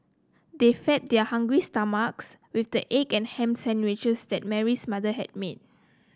they fed their hungry stomachs with the egg and ham sandwiches that Mary's mother had made